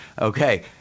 Okay